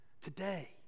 Today